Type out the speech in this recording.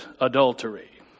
adultery